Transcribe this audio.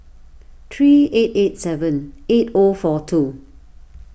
three eight eight seven eight O four two